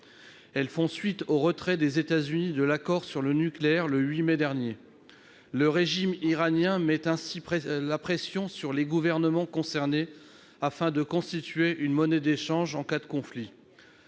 Elles font suite au retrait des États-Unis de l'accord sur le nucléaire, le 8 mai dernier. Le régime iranien met ainsi la pression sur les gouvernements concernés, afin de constituer une monnaie d'échange en cas de conflit.